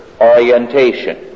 orientation